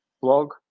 blog